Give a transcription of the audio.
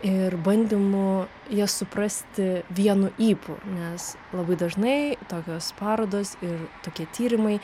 ir bandymu jas suprasti vienu ypu nes labai dažnai tokios parodos ir tokie tyrimai